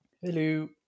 Hello